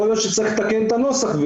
יכול להיות שצריך לתקן את הנוסח.